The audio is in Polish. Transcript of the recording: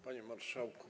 Panie Marszałku!